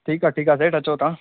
ठीकु आहे ठीकु आहे सेठु अचो तव्हां